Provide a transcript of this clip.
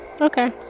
okay